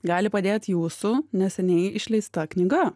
gali padėt jūsų neseniai išleista knyga